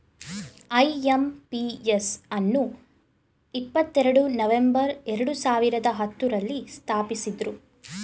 IMPS ಅನ್ನು ಇಪ್ಪತ್ತೆರಡು November ಎರಡು ಸಾವಿರದ ಹತ್ತುರಲ್ಲಿ ಸ್ಥಾಪಿಸಿದ್ದ್ರು